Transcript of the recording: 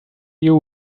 you